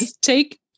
take